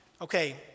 okay